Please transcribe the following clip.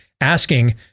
asking